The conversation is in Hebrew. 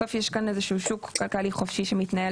בסוף יש כאן איזשהו חוק כלכלי חופשי שמתנהל